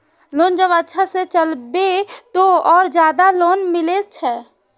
Loan जब अच्छा से चलेबे तो और ज्यादा लोन मिले छै?